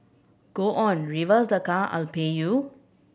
go on reverse the car I'll pay you